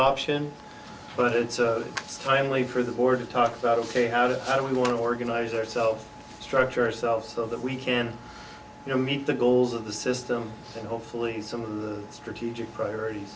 option but it's a timely for the board to talk about a fair how do i want to organize ourselves structure ourselves so that we can you know meet the goals of the system and hopefully some of the strategic priorities